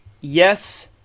yes